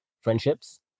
friendships